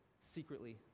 secretly